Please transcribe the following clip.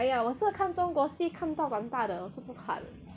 !aiya! 我是看中国戏看到蛮大的我是不怕的